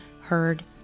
heard